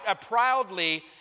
proudly